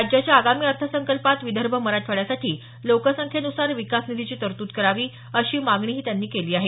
राज्याच्या आगामी अर्थसंकल्पात विदर्भ मराठवाड्यासाठी लोकसंख्येनुसार विकास निधीची तरतूद करावी अशी मागणीही त्यांनी केली आहे